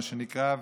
מה שנקרא,